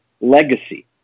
legacy